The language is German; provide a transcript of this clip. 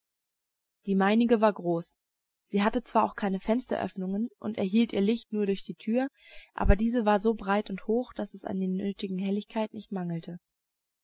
die meinige war groß sie hatte zwar auch keine fensteröffnungen und erhielt ihr licht nur durch die tür aber diese war so breit und hoch daß es an der nötigen helligkeit nicht mangelte